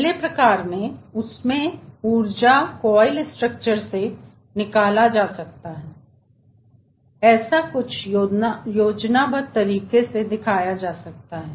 पहले प्रकार में उसमें ऊर्जा कोएल स्ट्रक्चर से निकाला जा सकता है ऐसा कुछ योजनाबद्ध तरीके से दिखाया जा सकता है